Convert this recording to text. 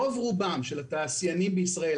רוב רובם של התעשיינים בישראל,